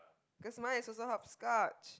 cause mine is also horoscope